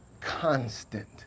constant